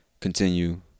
continue